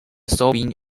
sobbing